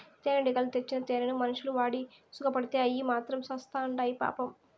తేనెటీగలు తెచ్చిన తేనెను మనుషులు వాడి సుకపడితే అయ్యి మాత్రం సత్చాండాయి పాపం